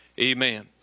amen